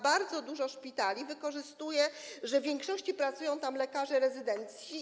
Bardzo dużo szpitali wykorzystuje to, że w większości pracują tam lekarze rezydenci.